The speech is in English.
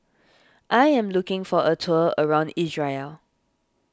I am looking for a tour around Israel